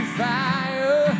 fire